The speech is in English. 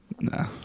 No